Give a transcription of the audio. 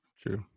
true